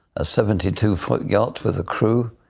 a seventy two foot yacht with a crew,